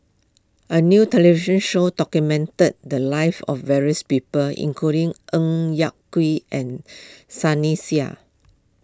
a new television show documented the lives of various people including Ng Yak Whee and Sunny Sia